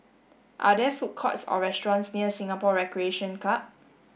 are there food courts or restaurants near Singapore Recreation Club